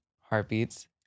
Heartbeats